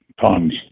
Tons